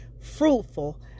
fruitful